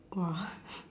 !wah!